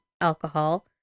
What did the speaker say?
alcohol